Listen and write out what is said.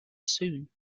soon